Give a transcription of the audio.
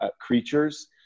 creatures